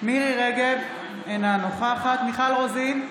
מירי מרים רגב, אינה נוכחת מיכל רוזין,